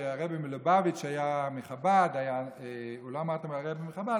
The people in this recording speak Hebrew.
שהרב מלובביץ' מחב"ד הוא לא אמר את המילים הרבי מחב"ד,